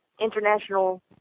international